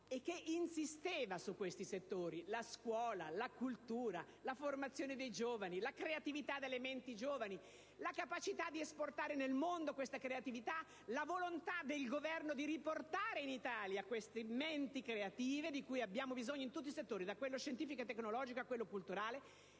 e che insisteva su questi settori (la scuola, la cultura, la formazione dei giovani, la creatività delle menti giovani, la capacità di esportare nel mondo questa creatività, la volontà del Governo di riportare in Italia queste menti creative, di cui abbiamo bisogno in tutti i settori, da quello scientifico e tecnologico a quello culturale).